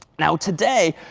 now today,